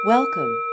Welcome